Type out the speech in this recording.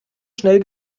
schnell